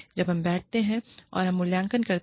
जब हम बैठते हैं और हम मूल्यांकन करते हैं